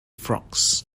frocks